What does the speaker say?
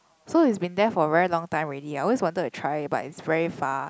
so it's been there for a very long time already I always wanted to try but it's very far